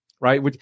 right